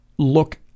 Look